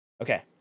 Okay